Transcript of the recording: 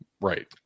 right